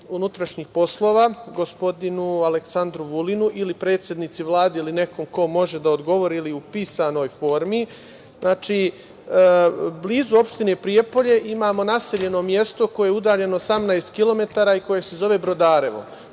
unutrašnjih poslova gospodinu Aleksandru Vulinu ili predsednici Vlade ili nekom ko može da odgovori ili u pisanoj formi. Znači, blizu opštine Prijepolje imamo naseljeno mesto koje je udaljeno 18 kilometara i koje se zove Brodarevo.